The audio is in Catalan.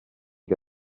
que